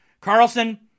Carlson